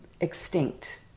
extinct